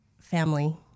family